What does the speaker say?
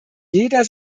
jeder